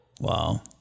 Wow